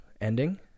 ending